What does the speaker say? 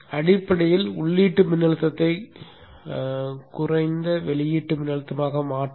அடிப்படையில் உள்ளீட்டு மின்னழுத்தத்தை குறைந்த வெளியீட்டு மின்னழுத்தமாக மாற்றும்